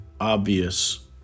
obvious